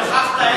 שכחת,